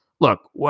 look